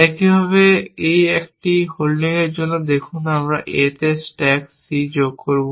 একইভাবে এই একটি হোল্ডিংয়ের জন্য দেখুন আমি A তে স্ট্যাক C যোগ করব